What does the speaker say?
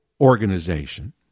organization